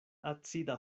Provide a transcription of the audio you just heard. acida